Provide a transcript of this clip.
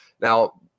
Now